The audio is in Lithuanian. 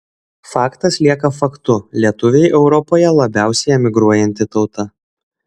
faktas lieka faktu lietuviai europoje labiausiai emigruojanti tauta